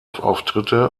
auftritte